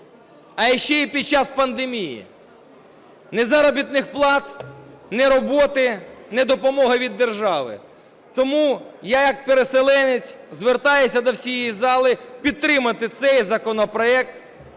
а ще і під час пандемії. Ні заробітних плат, ні роботи, ні допомоги від держави. Тому я як переселенець звертаюсь до всієї зали підтримати цей законопроект